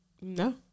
No